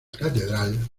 catedral